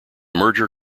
merger